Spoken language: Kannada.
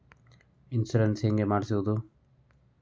ಇನ್ಶೂರೆನ್ಸ್ ಹೇಗೆ ಮಾಡಿಸುವುದು?